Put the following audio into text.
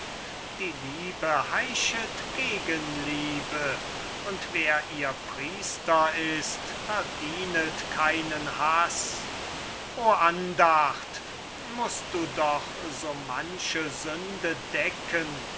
die liebe heischet gegenliebe und wer ihr priester ist verdienet keinen haß o andacht mußt du doch so manche sünde decken